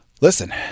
Listen